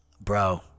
bro